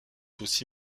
aussi